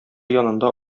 янында